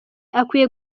akwiye